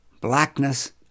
blackness